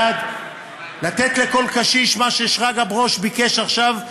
בעד, לתת לכל קשיש מה ששרגא ברוש ביקש עכשיו,